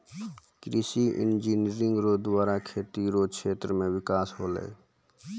कृषि इंजीनियरिंग रो द्वारा खेती रो क्षेत्र मे बिकास होलै